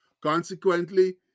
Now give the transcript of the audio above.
Consequently